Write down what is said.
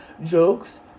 jokes